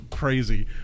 Crazy